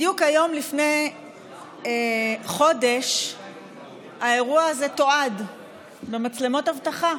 בדיוק היום לפני חודש האירוע הזה תועד במצלמות אבטחה.